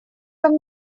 там